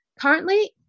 Currently